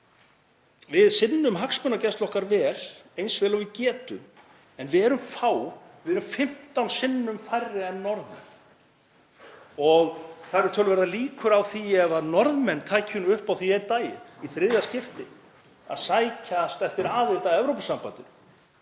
Við sinnum hagsmunagæslu okkar eins vel og við getum en við erum fá, við erum 15 sinnum færri en Norðmenn og það eru töluverðar líkur á því að Norðmenn taki upp á því einn daginn, í þriðja skipti, að sækjast eftir aðild að Evrópusambandinu